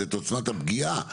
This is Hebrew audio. זה את עוצמת הפגיעה,